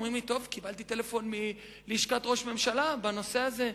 ואומרים לי: קיבלתי טלפון מלשכת ראש הממשלה בנושא הזה.